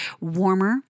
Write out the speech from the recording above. warmer